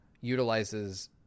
utilizes